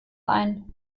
ein